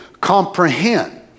comprehend